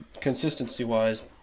consistency-wise